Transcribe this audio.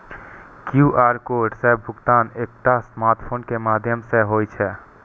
QR code सं भुगतान एकटा स्मार्टफोन के माध्यम सं होइ छै